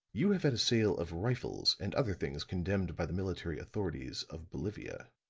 you have had a sale of rifles and other things condemned by the military authorities of bolivia.